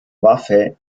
waffe